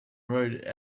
rode